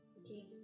Okay